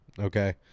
okay